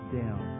down